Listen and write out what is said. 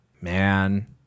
man